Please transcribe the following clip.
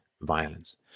violence